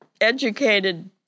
educated